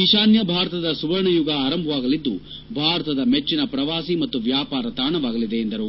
ಈಶಾನ್ಯ ಭಾರತದ ಸುವರ್ಣಯುಗ ಆರಂಭವಾಗಲಿದ್ದು ಭಾರತದ ಮೆಚ್ಚಿನ ಪ್ರವಾಸಿ ಮತ್ತು ವ್ಯಾಪಾರ ತಾಣವಾಗಲಿದೆ ಎಂದರು